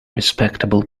respectable